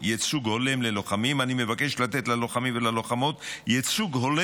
ייצוג הולם ללוחמים) אני מבקש לתת ללוחמים וללוחמות ייצוג הולם